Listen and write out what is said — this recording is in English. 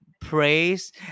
praise